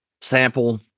sample